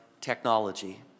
technology